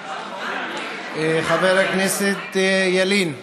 חבר הכנסת ילין,